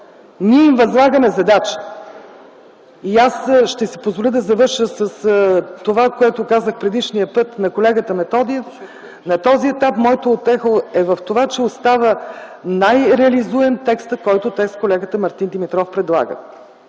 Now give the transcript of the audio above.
Ние им възлагаме задачата. И аз ще си позволя да завърша с това, което казах предишния път на колегата Методиев – на този етап моята утеха е в това, че остава най-реализуем текстът, който те с колегата Мартин Димитров предлагат,